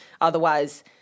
Otherwise